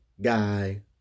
guy